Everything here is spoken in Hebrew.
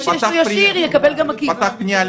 מי שיש לו נזק ישיר יקבל גם נזק עקיף.